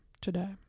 today